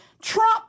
Trump